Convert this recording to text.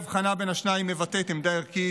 אי-הבחנה בין השניים מבטאת עמדה ערכית